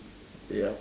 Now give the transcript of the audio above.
yup